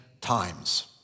times